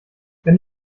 wenn